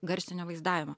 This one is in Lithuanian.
garsinio vaizdavimo